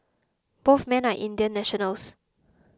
both men are Indian nationals